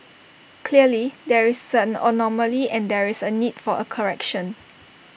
clearly there is an anomaly and there is A need for A correction